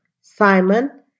Simon